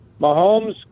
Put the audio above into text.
Mahomes